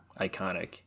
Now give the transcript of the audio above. iconic